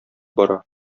бара